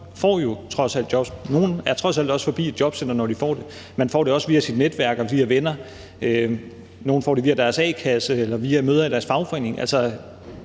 får jo trods alt jobs, og nogle er trods alt også forbi et jobcenter, når de får det. Man får det også via sit netværk og via venner. Nogle får det via deres a-kasse eller via møder i deres fagforening. Så